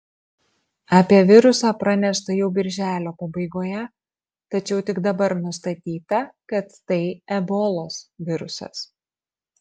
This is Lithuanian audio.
apie virusą pranešta jau birželio pabaigoje tačiau tik dabar nustatyta kad tai ebolos virusas